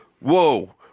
Whoa